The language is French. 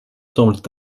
semblent